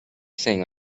thing